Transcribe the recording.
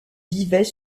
vivait